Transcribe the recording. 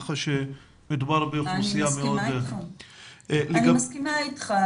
כך שמדובר באוכלוסייה מאוד --- אני מסכימה איתך,